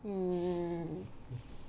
mm